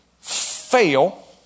fail